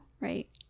right